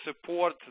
support